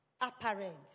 apparent